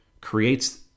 creates